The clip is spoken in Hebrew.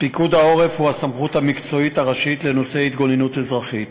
פיקוד העורף הוא הסמכות המקצועית הראשית לנושא התגוננות אזרחית,